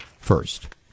first